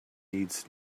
needs